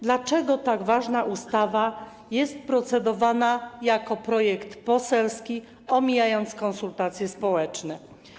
Dlaczego tak ważna ustawa jest procedowana jako projekt poselski i omijane są konsultacje społeczne?